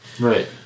Right